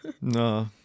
No